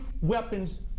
weapons